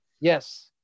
yes